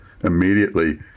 immediately